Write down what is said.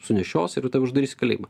sunešios ir uždarys į kalėjimą